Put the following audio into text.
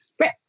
Right